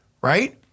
right